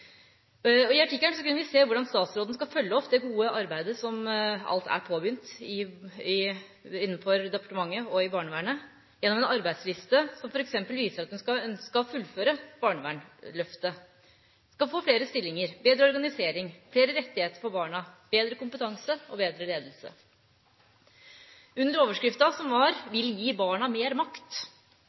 I artikkelen kunne vi se hvordan statsråden skal følge opp det gode arbeidet som alt er påbegynt i departementet og i barnevernet – gjennom en arbeidsliste som f.eks. viser at man skal fullføre barnevernsløftet, man skal få flere stillinger, bedre organisering, flere rettigheter for barna, bedre kompetanse og bedre ledelse. Under overskriften «Vil gi barna mer makt»